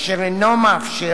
אשר אינו מאפשר,